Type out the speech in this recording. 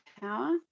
power